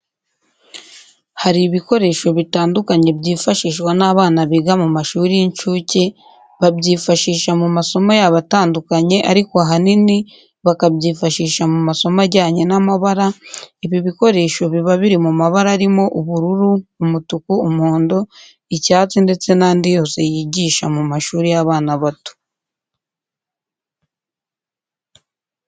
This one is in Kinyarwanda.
Hari ibikoresho bitandukanye byifashishwa n'abana biga mu mashuri y'incuke, babyifashisha mu masomo yabo atandukanye ariko ahanini bakabyifashisha mu masomo ajyanye n'amabara, ibi bikoresho biba biri mu mabara arimo: ubururu, umutuku, umuhondo, icyatsi ndetse n'andi yose yigisha mu mashuri y'abana bato.